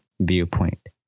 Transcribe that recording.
viewpoint